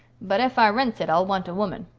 but ef i rents it i'll want a woman.